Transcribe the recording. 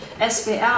SWR